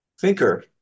thinker